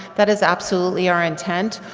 that is absolutely our intent.